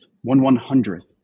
one-one-hundredth